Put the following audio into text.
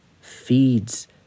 feeds